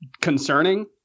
concerning